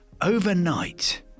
Overnight